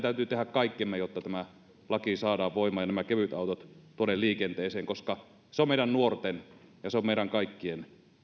täytyy tehdä kaikkemme jotta tämä laki saadaan voimaan ja kevytautot tuonne liikenteeseen koska se on meidän nuorten ja se on meidän kaikkien